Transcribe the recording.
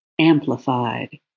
amplified